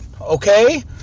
okay